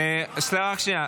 השר, רק שנייה.